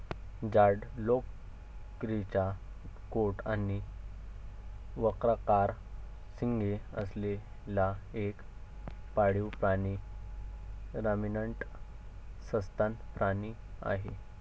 जाड लोकरीचा कोट आणि वक्राकार शिंगे असलेला एक पाळीव प्राणी रमिनंट सस्तन प्राणी आहे